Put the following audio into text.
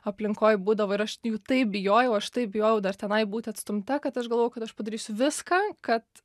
aplinkoj būdavo ir aš jų taip bijojau aš taip bijojau dar tenai būti atstumta kad aš galvojau kad aš padarysiu viską kad